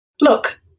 Look